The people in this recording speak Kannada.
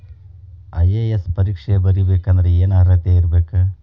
ಐ.ಎ.ಎಸ್ ಪರೇಕ್ಷೆ ಬರಿಬೆಕಂದ್ರ ಏನ್ ಅರ್ಹತೆ ಇರ್ಬೇಕ?